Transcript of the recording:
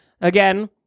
again